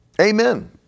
Amen